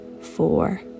four